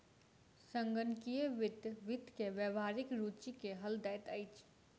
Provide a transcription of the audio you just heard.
संगणकीय वित्त वित्त के व्यावहारिक रूचि के हल दैत अछि